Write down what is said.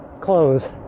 clothes